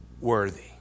worthy